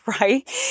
right